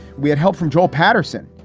we had help from joel patterson,